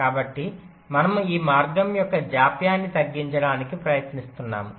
కాబట్టి మనము ఈ మార్గం యొక్క జాప్యాన్ని తగ్గించడానికి ప్రయత్నిస్తున్నాము